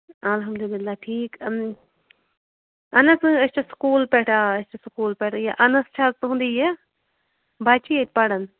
اَلحمدُللہ ٹھیٖک اَہَن حظ تُہۍ ٲسوٕ سکوٗل پیٚٹھ آ تُہۍ ٲسوٕ سکوٗل پیٚٹھ یہِ اَنس چھا تُہُنٛدُے یہِ بَچہِ ییٚتہِ پَرن